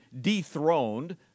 dethroned